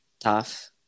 Tough